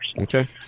Okay